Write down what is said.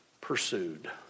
pursued